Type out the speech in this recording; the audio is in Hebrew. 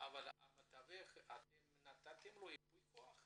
נתתם למתווך ייפוי כח?